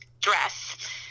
dress